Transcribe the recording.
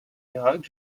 irak